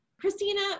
Christina